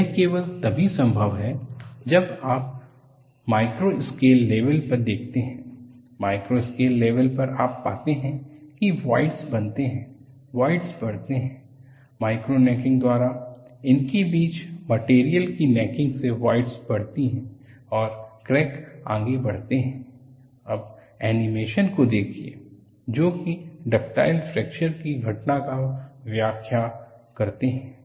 यह केवल तभी संभव है जब आप माइक्रो स्केल लेवल पर देखते हैंमाइक्रो स्केल लेवल पर आप पाते हैं कि वॉइडस बनते हैं वॉइडस बढ़ते हैं माइक्रो नेकिंग द्वारा उनके बीच मटेरियल की नेकिंग से वॉइडस बढ़ती हैं और क्रैक आंगे बढ़ते है अब एनीमेशन को देखिए जो कि डक्टाइल फ्रैक्चर की घटना का व्याख्या करते हैं